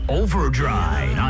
overdrive